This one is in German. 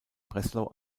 breslau